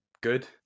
good